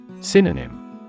Synonym